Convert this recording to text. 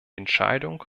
entscheidung